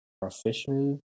professional